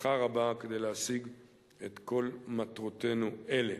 מלאכה רבה כדי להשיג את כל מטרותינו אלה.